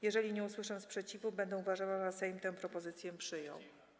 Jeżeli nie usłyszę sprzeciwu, będę uważała, że Sejm tę propozycję przyjął.